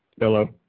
Hello